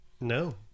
no